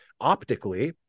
optically